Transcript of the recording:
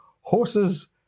horses